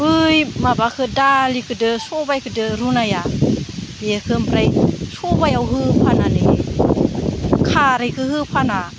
बै माबाखौ दालिखौजों सबायखोजों रुनाया बेखौ ओमफ्राय सबायाव होफानानैहाय खारैखौ होफाना